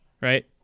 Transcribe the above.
Right